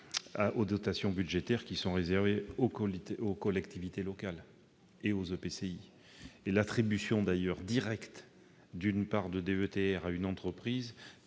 aux dotations budgétaires qui sont réservées aux collectivités locales et aux EPCI. L'attribution directe d'une part de DETR à une entreprise